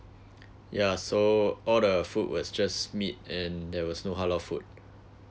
yeah so all the food was just meat and there was no halal food